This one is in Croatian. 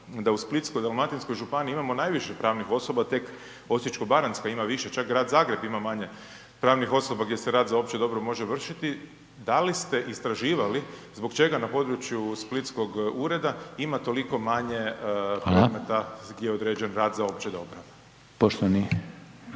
da u Splitsko-dalmatinskoj županiji imamo najviše pravnih osoba, tek Osječko-baranjska ima više, čak Grad Zagreb ima manje pravnih osoba gdje se rad za opće dobro može vršiti, da li ste istraživali zbog čega na području splitskog ureda ima toliko manje predmeta gdje je određen rad za opće dobro? **Reiner,